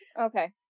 Okay